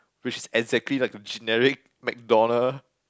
which is exactly like a generic McDonald